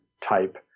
type